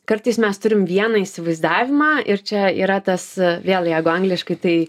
kartais mes turim vieną įsivaizdavimą ir čia yra tas vėl jegu angliškai tai